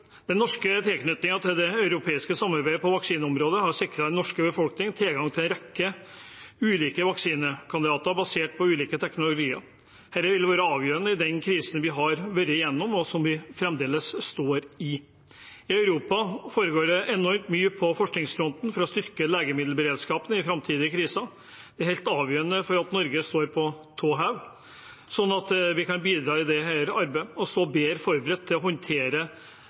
Den norske tilknytningen til det europeiske samarbeidet på vaksineområdet har sikret den norske befolkning tilgang til en rekke ulike vaksinekandidater basert på ulike teknologier. Dette har vært avgjørende i den krisen vi har vært gjennom, og som vi fremdeles står i. I Europa foregår det enormt mye på forskningsfronten for å styrke legemiddelberedskapen i framtidige kriser. Det er helt avgjørende at Norge står på tå hev, sånn at vi kan bidra i dette arbeidet og stå bedre forberedt til å håndtere